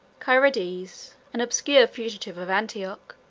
cyriades, an obscure fugitive of antioch,